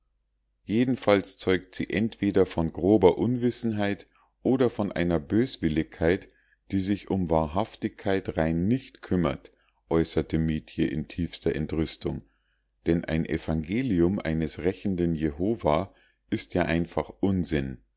jedenfalls zeugt sie entweder von grober unwissenheit oder von einer böswilligkeit die sich um wahrhaftigkeit rein nicht kümmert äußerte mietje in tiefster entrüstung denn ein evangelium eines rächenden jehova ist ja einfach unsinn